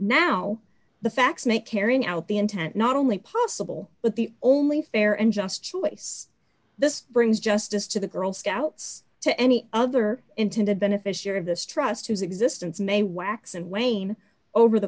intent not only possible but the only fair and just choice this brings justice to the girl scouts to any other intended beneficiary of this trust whose existence may wax and wane over the